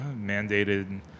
mandated